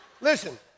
listen